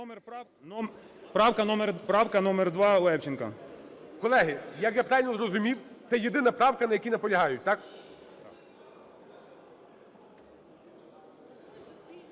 Правка номер 2,Левченка. ГОЛОВУЮЧИЙ. Колеги, як я правильно зрозумів, це єдина правка, на якій наполягають, так?